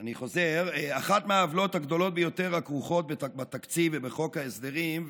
אני חוזר: אחת מהעוולות הגדולות ביותר הכרוכות בתקציב ובחוק ההסדרים,